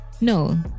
No